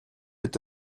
est